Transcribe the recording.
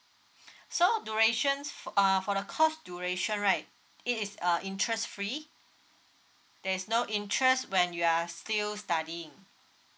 so durations f~ uh for the course duration right it is err interest free there is no interest when you are still studying